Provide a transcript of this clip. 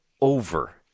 over